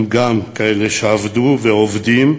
הם גם כאלה שעבדו, ועובדים,